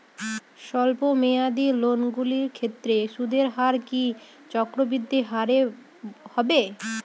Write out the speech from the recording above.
স্বল্প মেয়াদী লোনগুলির ক্ষেত্রে সুদের হার কি চক্রবৃদ্ধি হারে হবে?